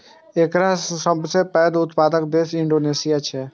एकर सबसं पैघ उत्पादक देश इंडोनेशिया छियै